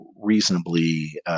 reasonably